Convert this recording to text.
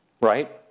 right